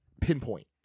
pinpoint